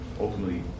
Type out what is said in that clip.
ultimately